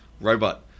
robot